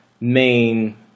main